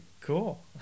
Cool